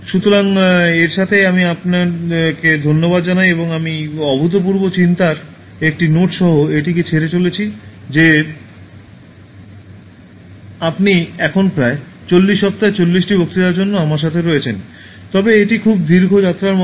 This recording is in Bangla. সুতরাং এর সাথে আমি আপনাকে ধন্যবাদ জানাই এবং আমি অভূতপূর্ব চিন্তার একটি নোট সহ এটিকে ছেড়ে চলেছি যে আপনি এখন প্রায় 40 সপ্তাহের 40 টি বক্তৃতার জন্য আমার সাথে রয়েছেন তবে এটি খুব দীর্ঘ যাত্রার মতো